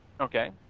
okay